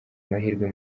amahirwe